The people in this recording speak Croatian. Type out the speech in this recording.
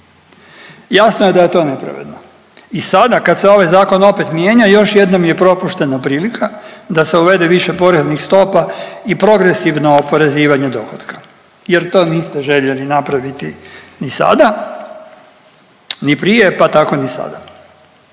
Jasno je da je to nepravedno. I sada kad se ovaj zakon opet mijenja još jednom je propuštena prilika da se uvede više poreznih stopa i progresivno oporezivanje dohotka jer to niste željeli napraviti ni sada, ni prije, pa tako ni sada